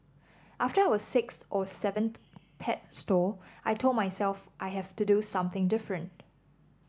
after our sixth or seventh pet store I told myself I have to do something different